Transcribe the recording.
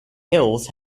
hills